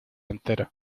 entero